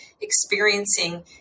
experiencing